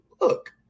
look